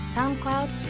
SoundCloud